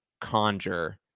conjure